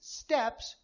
steps